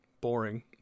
boring